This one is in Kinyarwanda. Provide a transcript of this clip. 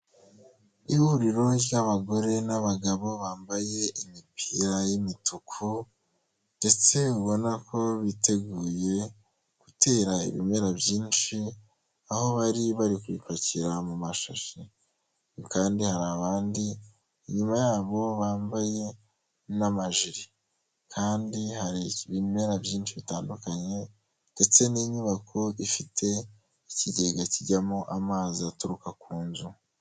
Ihuriro ry'abagore n'abagabo bambaye imipira y'imituku ndetse ubona ko biteguye gutera ibimera byinshi, aho bari bari kubipakira mu mashashi kandi hari abandi inyuma yabo bambaye n'amajiri, kandi hari ibimera byinshi bitandukanye ndetse n'inyubako ifite ikigega kijyamo amazi aturuka ku nzu.